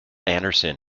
anderson